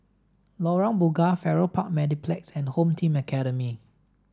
Lorong Bunga Farrer Park Mediplex and Home Team Academy